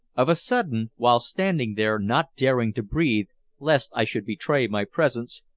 of a sudden, while standing there not daring to breathe lest i should betray my presence,